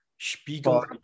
Spiegel